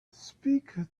speak